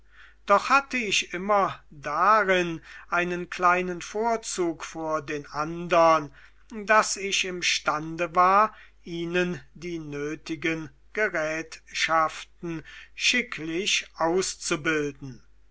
doch hatte ich immer darin einen kleinen vorzug vor den andern daß ich imstande war ihnen die nötigen gerätschaften schicklich auszubilden